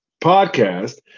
podcast